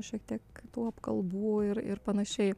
šiek tiek tų apkalbų ir ir panašiai